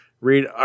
Read